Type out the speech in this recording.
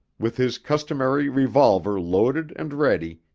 with his customary revolver loaded and ready,